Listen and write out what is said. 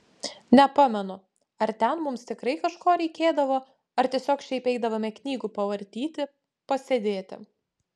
nepamenu ar ten mums tikrai kažko reikėdavo ar tiesiog šiaip eidavome knygų pavartyti pasėdėti